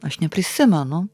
aš neprisimenu